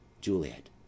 juliet